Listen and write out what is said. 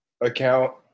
account